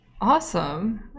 awesome